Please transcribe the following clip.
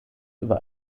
über